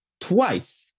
twice